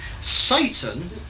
satan